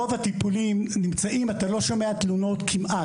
רוב הטיפולים נמצאים, אתה לא שומע תלונות כמעט.